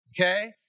okay